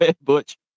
Butch